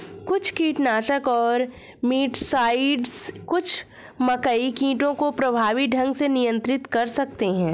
कुछ कीटनाशक और मिटसाइड्स कुछ मकई कीटों को प्रभावी ढंग से नियंत्रित कर सकते हैं